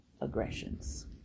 aggressions